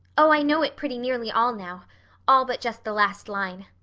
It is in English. oh, i know it pretty nearly all now all but just the last line.